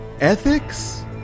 Ethics